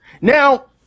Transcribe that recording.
Now